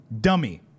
Dummy